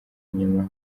inyuma